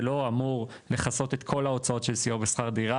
זה לא אמור לכסות את כל ההוצאות של סיוע בשכר דירה